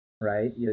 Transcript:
right